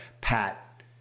pat